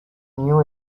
new